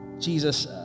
Jesus